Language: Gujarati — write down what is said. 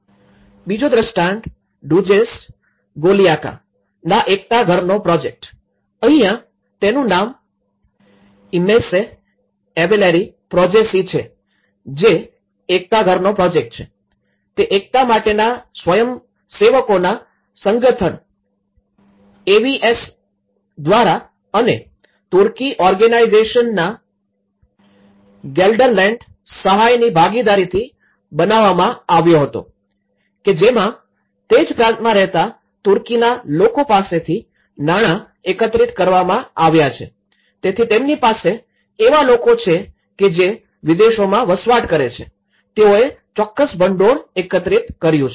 બીજો દ્રષ્ટાંત ડુઝેસ ગોલયાકાના એકતા ઘરનો પ્રોજેક્ટ અહીંયા તેનું નામ ઇમેસે એવલેરી પ્રૉજેસી છે જે એકતા ઘરનો પ્રોજેક્ટ છે તે એકતા માટેના સ્વયંસેવકોના સંગઠન એવીએસ દ્વારા અને તુર્કી ઓર્ગેનાઇઝેશન ના ગેલ્ડરલેન્ડ સહાયની ભાગીદારીથી બનાવવામાં આવ્યો હતો કે જેમાં તે જ પ્રાંતમાં રહેતા તુર્કીના લોકો પાસેથી નાણાં એકત્રિત કરવામાં આવ્યા છે તેથી તેમની પાસે એવા લોકો છે કે જે વિદેશોમાં વસવાટ કરે છે તેઓએ ચોક્કસ ભંડોળ એકત્રિત કર્યું છે